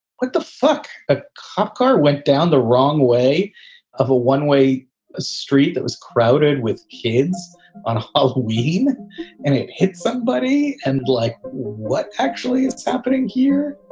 what the fuck? a cop car went down the wrong way of a one way street that was crowded with kids on hawsawi. and it hit somebody and like, what actually is happening here?